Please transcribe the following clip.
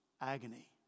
agony